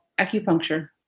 acupuncture